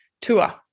tour